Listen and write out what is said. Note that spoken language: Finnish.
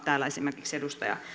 täällä esimerkiksi edustaja